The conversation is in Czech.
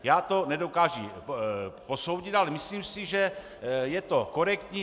Já to nedokážu posoudit, ale myslím si, že je to korektní.